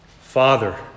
Father